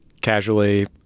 casually